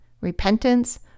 repentance